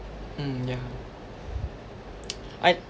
mm yeah I